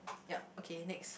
yup okay next